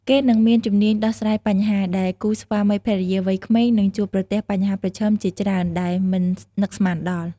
គេនឹងមានជំនាញដោះស្រាយបញ្ហា ដែលគូស្វាមីភរិយាវ័យក្មេងនឹងជួបប្រទះបញ្ហាប្រឈមជាច្រើនដែលមិននឹកស្មានដល់។